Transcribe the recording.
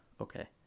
Okay